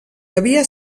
devia